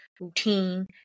routine